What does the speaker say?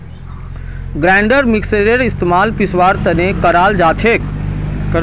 grinder मिक्सरेर इस्तमाल पीसवार तने कराल जाछेक